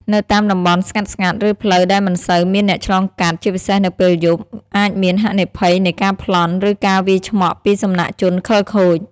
នៅតាមតំបន់ស្ងាត់ៗ ឬផ្លូវដែលមិនសូវមានអ្នកឆ្លងកាត់ ជាពិសេសនៅពេលយប់ អាចមានហានិភ័យនៃការប្លន់ ឬការវាយឆ្មក់ពីសំណាក់ជនខិលខូច។